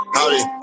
Howdy